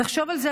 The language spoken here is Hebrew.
תחשוב על זה,